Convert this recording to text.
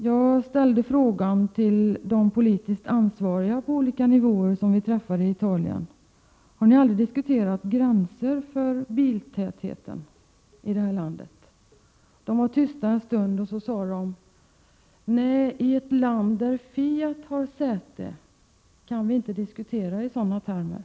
Jag ställde frågan till de politiskt ansvariga på olika nivåer i Italien, om de aldrig hade diskuterat gränser för biltätheten i landet. De var tysta en stund och sade sedan: Nej, i ett land där Fiat har säte kan vi inte diskutera i sådana termer.